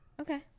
okay